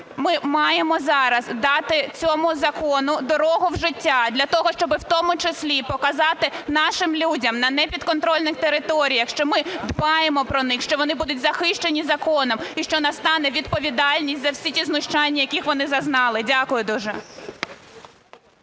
Ми маємо зараз дати цьому закону дорогу в життя для того, щоби в тому числі показати нашим людям на непідконтрольних територіях, що ми дбаємо про них, що вони будуть захищені законом і що настане відповідальність за всі ті знущання, яких вони зазнали. Дякую дуже.